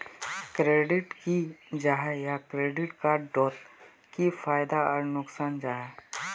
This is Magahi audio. क्रेडिट की जाहा या क्रेडिट कार्ड डोट की फायदा आर नुकसान जाहा?